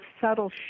subtle